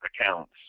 accounts